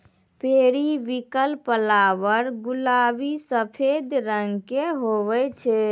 periwinkle flower गुलाबी सफेद रंग के हुवै छै